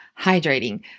hydrating